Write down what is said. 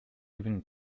given